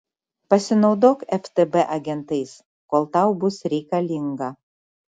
pasinaudok ftb agentais kol tau bus reikalinga